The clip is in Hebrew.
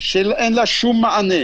שאין לה שום מענה.